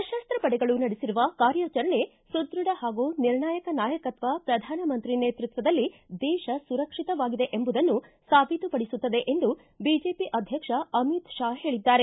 ಸಶಸ್ತ ಪಡೆಗಳು ನಡೆಸಿರುವ ಕಾರ್ಯಾಚರಣೆ ಸುಧ್ವಡ ಹಾಗೂ ನಿರ್ಣಾಯಕ ನಾಯಕತ್ನ ಪ್ರಧಾನಮಂತ್ರಿ ನೇತೃತ್ವದಲ್ಲಿ ದೇಶ ಸುರಕ್ಷಿತವಾಗಿದೆ ಎಂಬುದನ್ನು ಸಾಬೀತುಪಡಿಸುತ್ತದೆ ಎಂದು ಬಿಜೆಪಿ ಅಧ್ಯಕ್ಷ ಅಮಿತ್ ಶಾ ಹೇಳದ್ದಾರೆ